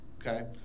okay